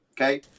okay